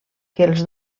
els